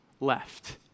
left